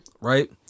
right